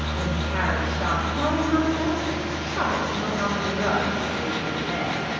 when the carriage started home none of them took the trouble to look under the rugs to see if she was there.